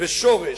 בשורש,